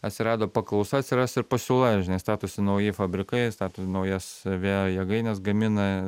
atsirado paklausa atsiras ir pasiūla statosi nauji fabrikai stato naujas vėjo jėgaines gamina